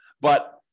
But-